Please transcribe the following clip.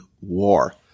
war